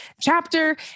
chapter